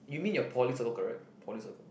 you mean your poly circle correct poly circle